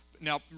Now